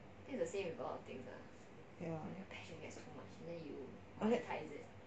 ya but then